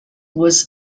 was